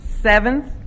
seventh